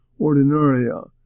ordinaria